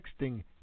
texting